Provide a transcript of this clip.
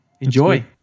Enjoy